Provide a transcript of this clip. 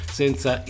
senza